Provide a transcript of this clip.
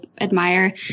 admire